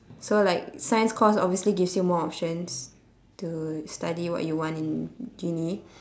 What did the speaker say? so like science course obviously gives you more options to study what you want in uni